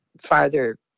farther